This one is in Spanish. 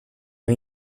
hay